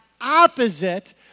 opposite